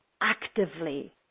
actively